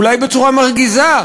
אולי בצורה מרגיזה,